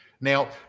Now